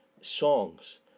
songs